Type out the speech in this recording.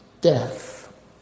death